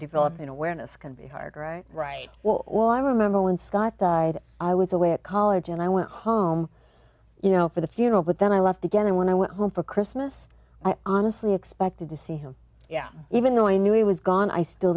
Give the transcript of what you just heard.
developing awareness can be hard right right well well i remember when scott died i was away at college and i went home you know for the funeral but then i left again and when i went home for christmas i honestly expected to see him yeah even though i knew he was gone i still